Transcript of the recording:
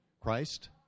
Christ